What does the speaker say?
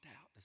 out